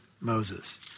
Moses